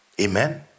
Amen